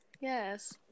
Yes